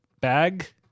bag